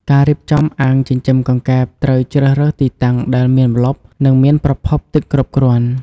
ការរៀបចំអាងចិញ្ចឹមកង្កែបត្រូវជ្រើសរើសទីតាំងដែលមានម្លប់ និងមានប្រភពទឹកគ្រប់គ្រាន់។